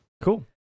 Cool